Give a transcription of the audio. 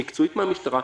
מבחינה מקצועית של המשטרה,